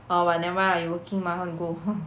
orh but nevermind lah you working mah how to go